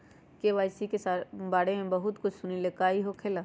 KYC के बारे में हम बहुत सुनीले लेकिन इ का होखेला?